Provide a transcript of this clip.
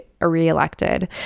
reelected